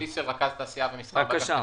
תעשייה ומסחר באגף התקציבים.